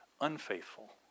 unfaithful